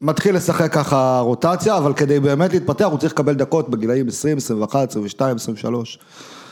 מתחיל לשחק ככה רוטציה, אבל כדי באמת להתפתח הוא צריך לקבל דקות בגילאים 20, 21, 22, 23.